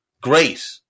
great